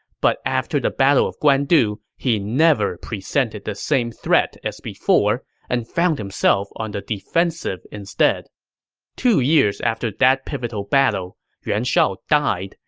but after the battle of guandu, he never presented the same threat as before and found himself on the defensive. two years after that pivotal battle, yuan shao died,